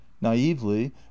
naively